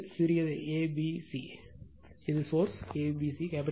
இது சிறியது a b c இது சோர்ஸ் A B C